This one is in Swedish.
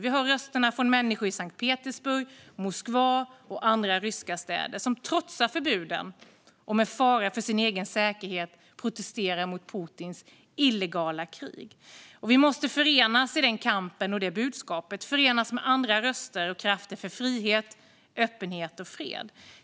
Vi hör rösterna från människor i Sankt Petersburg, Moskva och andra ryska städer som trotsar förbuden och med fara för sin egen säkerhet protesterar mot Putins illegala krig. Vi måste förenas i den kampen och i det budskapet med andra röster och krafter för frihet, öppenhet och fred.